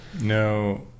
No